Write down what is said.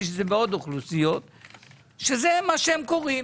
שזה בעוד אוכלוסיות שזה מה שהם קוראים